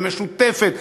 ומשותפת,